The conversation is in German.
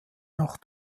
noch